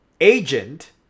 agent